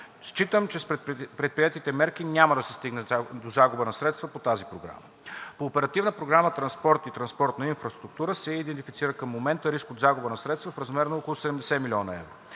Считам, че с предприетите мерки няма да се стигне до загуба на средства по тази програма. По Оперативна програма „Транспорт и транспортна инфраструктура“ към момента се идентифицира риск от загуба на средства в размер на около 70 млн. евро.